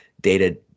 data